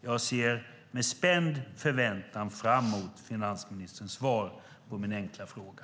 Jag ser med spänd förväntan fram emot finansministerns svar på min enkla fråga.